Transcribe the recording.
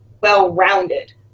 well-rounded